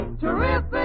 Terrific